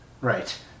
Right